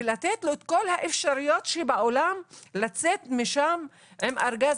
ולתת לו את כל האפשרויות שבעולם לצאת משם עם ארגז